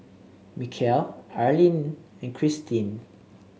Mikel Arlyne and Christeen